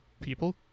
people